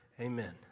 Amen